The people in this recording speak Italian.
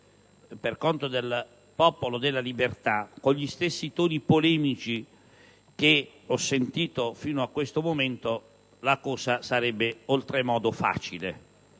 per conto del Popolo della libertà con gli stessi toni polemici che ho sentito fino a questo momento, la cosa sarebbe oltremodo facile,